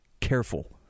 careful